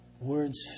words